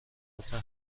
واسه